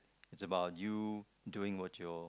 is about you doing on your